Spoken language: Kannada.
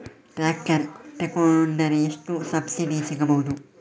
ಟ್ರ್ಯಾಕ್ಟರ್ ತೊಕೊಂಡರೆ ಎಷ್ಟು ಸಬ್ಸಿಡಿ ಸಿಗಬಹುದು?